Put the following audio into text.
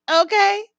Okay